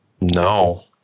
No